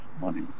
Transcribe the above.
money